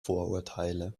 vorurteile